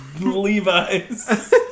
Levi's